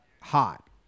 hot